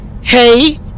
Hey